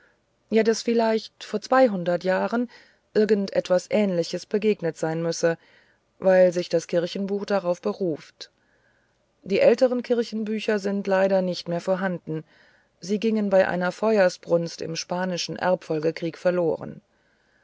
ja daß vielleicht vor zweihundert jahren irgend etwas ähnliches begegnet sein müsse weil sich das kirchenbuch darauf beruft die älteren kirchenbücher sind leider nicht mehr vorhanden sie gingen bei einer feuersbrunst im spanischen erbfolgekrieg verloren